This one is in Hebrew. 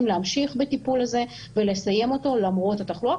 להמשיך בטיפול הזה ולסיים אותו למרות התחלואה,